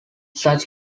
such